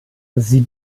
sie